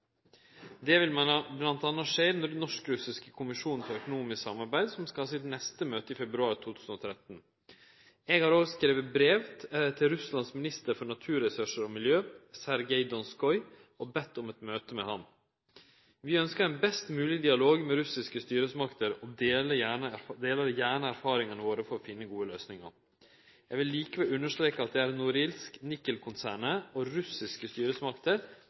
Det vil m.a. skje i den norsk-russiske kommisjonen for økonomisk samarbeid, som skal ha sitt neste møte i februar 2013. Eg har òg skrive eit brev til Russlands minister for naturressursar og miljø, Sergej Donskoj, og bedt om eit møte med han. Vi ønskjer ein best mogleg dialog med russiske styresmakter og deler gjerne erfaringane våre for å finne gode løysingar. Eg vil likevel understreke at det er Norilsk Nickel-konsernet og russiske styresmakter